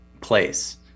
place